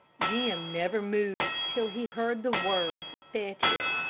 jim never moved till he heard the words, fetch it.